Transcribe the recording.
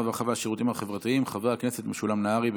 הרווחה והשירותים החברתיים חבר הכנסת משולם נהרי,